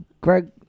Greg